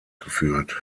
geführt